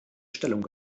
stellung